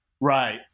Right